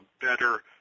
better